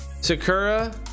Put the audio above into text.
Sakura